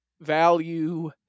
value